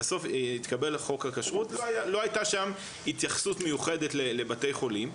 בסוף התקבל חוק הכשרות ולא הייתה שם התייחסות מיוחדת לבתי חולים.